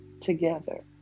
together